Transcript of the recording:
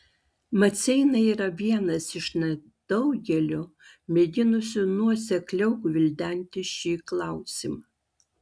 maceina yra vienas iš nedaugelio mėginusių nuosekliau gvildenti šį klausimą